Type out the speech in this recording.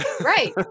right